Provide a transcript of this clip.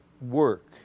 work